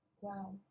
Wow